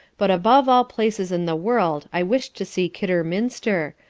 but above all places in the world i wish'd to see kidderminster,